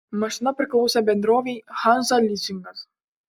mašina priklausė bendrovei hansa lizingas